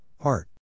heart